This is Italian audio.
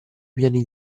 piani